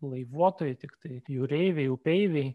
laivuotojai tiktai jūreiviai upeiviai